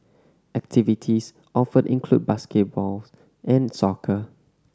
activities offered include basketball and soccer